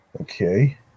Okay